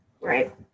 Right